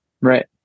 right